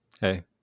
hey